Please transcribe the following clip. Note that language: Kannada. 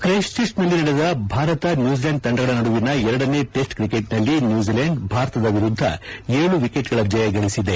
ಕ್ರೈಸ್ಸ್ ಚರ್ಚ್ ನಲ್ಲಿ ನಡೆದ ಭಾರತ ನ್ಯೂಜಿಲೆಂಡ್ ತಂಡಗಳ ನಡುವಿನ ಎರಡನೇ ಟೆಸ್ಸ್ ಕ್ರಿಕೆಟ್ ನಲ್ಲಿ ನ್ಯೂಜಿಲೇಂಡ್ ಭಾರತದ ವಿರುದ್ದ ಏಳು ವಿಕೆಟ್ ಗಳ ಜಯ ಗಳಿಸಿದೆ